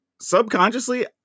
subconsciously